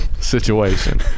Situation